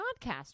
podcast